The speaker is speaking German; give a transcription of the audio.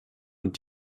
und